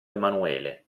emanuele